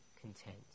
content